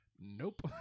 Nope